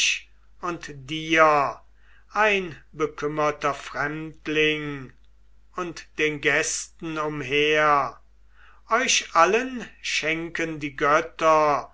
und dir ein bekümmerter fremdling und den gästen umher euch allen schenken die götter